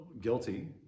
guilty